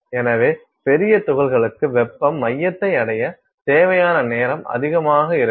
எனவே பெரிய துகள்களுக்கு வெப்பம் மையத்தை அடைய தேவையான நேரம் அதிகமாக இருக்கும்